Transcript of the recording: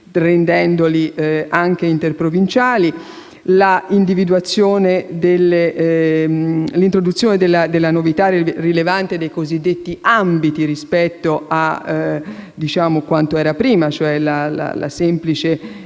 rendendoli anche interprovinciali, all'introduzione della novità rilevante dei cosiddetti ambiti rispetto a quanto era prima, cioè la semplice